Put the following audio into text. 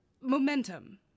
momentum